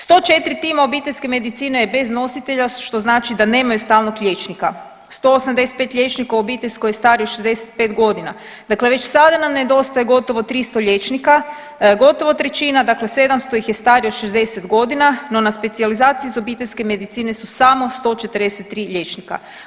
104 tima obiteljske medicine je bez nositelja, što znači da nemaju stalnog liječnika, 185 liječnika u obiteljskoj je starije od 65.g., dakle već sada nam nedostaje gotovo 300 liječnika, gotovo trećina dakle 700 ih je starije od 60.g., no na specijalizaciji iz obiteljske medicine su samo 143 liječnika.